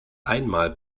einmal